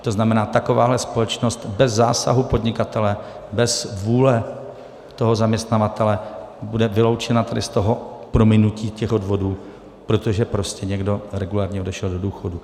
To znamená, takováhle společnost bez zásahu podnikatele, bez vůle toho zaměstnavatele, bude vyloučena tedy z toho prominutí odvodů, protože prostě někdo regulérně odešel do důchodu.